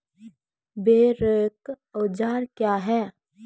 बोरेक औजार क्या हैं?